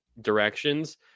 directions